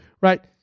right